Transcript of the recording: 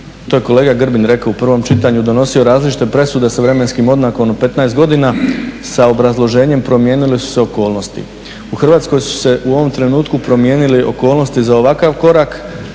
to je kolega Grbin rekao u prvom čitanju, donosio različite presude sa vremenskim odmakom od 15 godina sa obrazloženjem promijenile su se okolnosti. U Hrvatskoj su se u ovom trenutku promijenile okolnosti za ovakav korak,